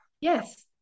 Yes